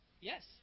Yes